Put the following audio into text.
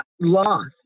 loss